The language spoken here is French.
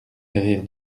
derrière